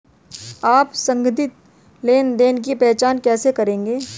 आप संदिग्ध लेनदेन की पहचान कैसे करेंगे?